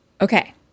Okay